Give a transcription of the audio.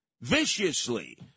viciously